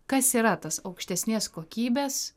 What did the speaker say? kas yra tas aukštesnės kokybės